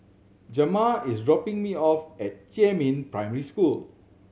Jamar is dropping me off at Jiemin Primary School